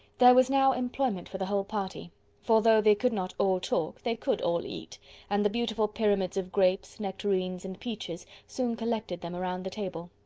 was now employment for the whole party for though they could not all talk, they could all eat and the beautiful pyramids of grapes, nectarines, and peaches soon collected them round the table.